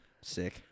Sick